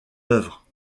œuvre